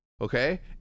Okay